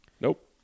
Nope